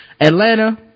Atlanta